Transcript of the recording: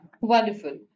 Wonderful